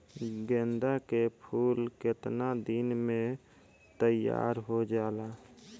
गेंदा के फूल केतना दिन में तइयार हो जाला?